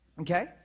Okay